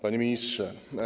Panie Ministrze!